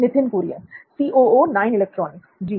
नित्थिन Kurian जी